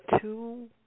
Two